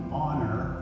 honor